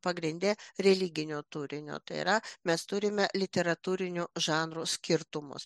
pagrinde religinio turinio tai yra mes turime literatūrinių žanrų skirtumus